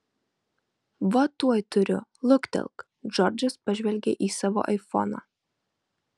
va tuoj turiu luktelk džordžas pažvelgė į savo aifoną